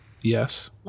Yes